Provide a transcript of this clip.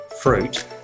fruit